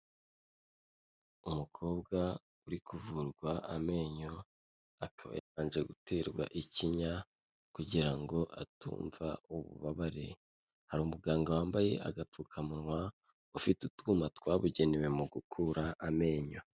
Umukobwa uri kuvurwa amenyo, akaba yabanje guterwa ikinya kugira ngo atumva ububabare, hari umuganga wambaye agapfukamunwa, ufite utwuma twabugenewe mu gukura amenyo.